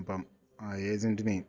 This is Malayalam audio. അപ്പം ആ ഏജൻറ്റിനെയും